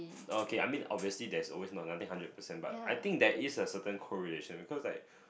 okay I mean obviously there's always not nothing hundred percent but I think there is a certain correlation because like